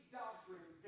doctrine